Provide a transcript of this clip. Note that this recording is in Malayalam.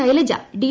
ശൈലജ ഡി